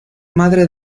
madre